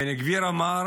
בן גביר אמר